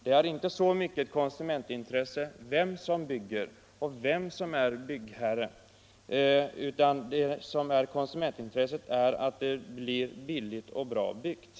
Det är inte så mycket ett konsumentintresse vem som bygger och vem Nr 28 som är byggherre, utan det som är konsumentintresset är att det blir Fredagen den billigt och bra byggt.